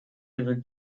ever